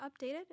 updated